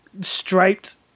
striped